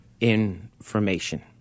information